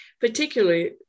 particularly